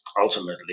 ultimately